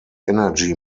energy